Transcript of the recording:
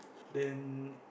then